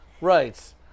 Right